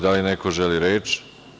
Da li neko želi reč?